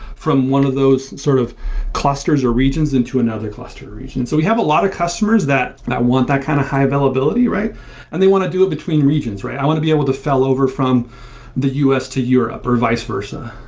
from one of those sort of clusters or regions into another cluster region. so we have a lot of customers that that want that kind of high-availability, and they want to do it between regions. i want to be able to failover from the u s to europe, or vice versa.